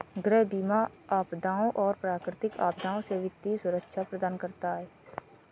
गृह बीमा आपदाओं और प्राकृतिक आपदाओं से वित्तीय सुरक्षा प्रदान करता है